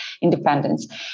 independence